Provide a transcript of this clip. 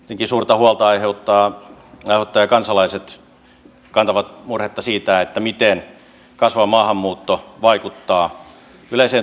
etenkin suurta huolta aiheuttaa kansalaiset kantavat murhetta siitä miten kasvava maahanmuutto vaikuttaa yleiseen turvallisuustilanteeseen